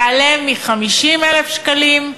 יעלה מ-50,000 שקלים,